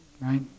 right